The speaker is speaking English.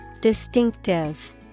Distinctive